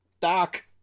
Doc